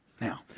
Now